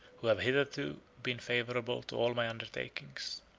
who have hitherto been favorable to all my undertakings.